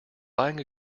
buying